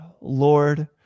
Lord